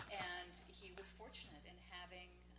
and he was fortunate in having